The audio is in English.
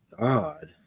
God